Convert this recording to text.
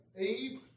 Eve